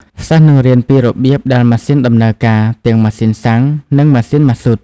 សិស្សនឹងរៀនពីរបៀបដែលម៉ាស៊ីនដំណើរការ ទាំងម៉ាស៊ីនសាំងនិងម៉ាស៊ីនម៉ាស៊ូត។